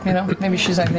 you know. maybe she's